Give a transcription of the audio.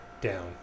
down